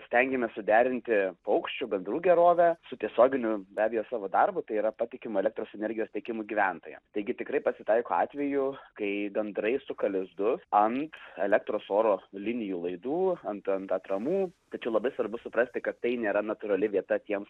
stengiamės suderinti paukščių gandrų gerovę su tiesioginiu be abejo savo darbu tai yra patikimu elektros energijos tiekimu gyventojam taigi tikrai pasitaiko atvejų kai gandrai suka lizdus ant elektros oro linijų laidų ant ant atramų tačiau labai svarbu suprasti kad tai nėra natūrali vieta tiems